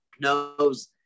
knows